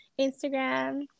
instagram